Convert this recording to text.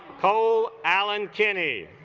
cole allen kenny